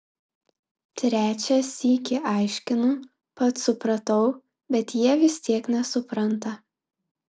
trečią sykį aiškinu pats supratau bet jie vis tiek nesupranta